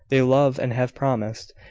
they love and have promised,